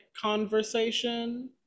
conversation